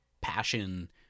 passion